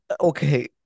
Okay